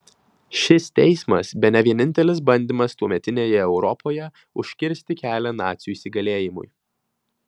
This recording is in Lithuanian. šis teismas bene vienintelis bandymas tuometinėje europoje užkirsti kelią nacių įsigalėjimui